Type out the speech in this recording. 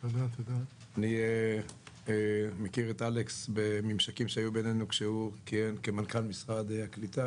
אני מכיר את אלכס בממשקים שהיו בינינו כשהוא כיהן כמנכ"ל משרד הקליטה,